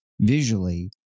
visually